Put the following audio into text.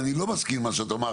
אני לא מסכים עם מה שאמרת,